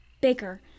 Baker